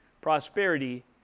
prosperity